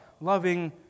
Loving